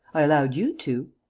i allowed you to.